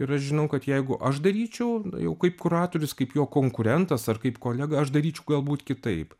ir aš žinau kad jeigu aš daryčiau jau kaip kuratorius kaip jo konkurentas ar kaip kolega aš daryčiau galbūt kitaip